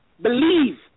believe